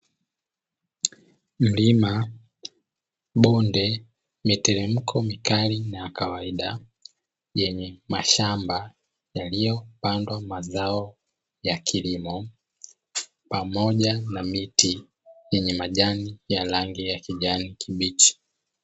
Mlima, bonde, miteremko mikali na ya kawaida yenye mashamba yaliyopandwa mazao ya kilimo pamoja na miti yenye majani ya rangi ya kijani kibichi.